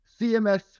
CMS